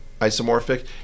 isomorphic